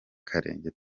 karenge